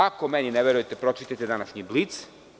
Ako meni ne verujete, pročitajte današnji „Blic“